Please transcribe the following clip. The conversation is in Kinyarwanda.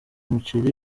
muceri